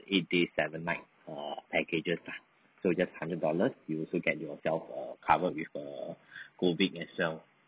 eight days seven night err packages lah so just hundred dollars you also get yourself err covered with err COVID as well